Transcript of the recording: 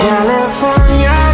California